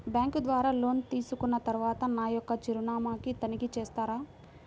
Bank ద్వారా loan తీసుకున్న తరువాత నా యొక్క చిరునామాని తనిఖీ చేస్తారా?